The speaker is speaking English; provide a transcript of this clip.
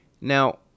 Now